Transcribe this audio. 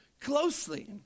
closely